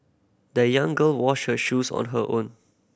the young girl washed her shoes on her own